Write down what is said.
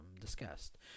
discussed